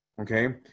okay